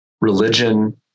religion